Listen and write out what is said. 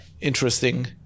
interesting